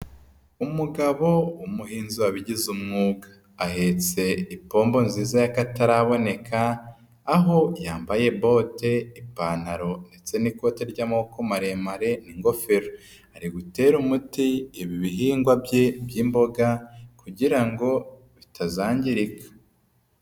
Umugabo w'umuhinzi wabigize umwuga, ahetse ipombo nziza y'akataraboneka, aho yambaye bote, ipantaro ndetse n'ikote ry'amaboko maremare n'ingofero. Ari gutera umuti ibihingwa bye by'imboga kugira ngo bitazangirika.